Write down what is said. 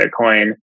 bitcoin